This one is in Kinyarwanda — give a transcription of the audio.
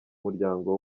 muryango